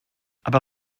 aber